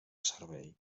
servei